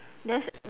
there's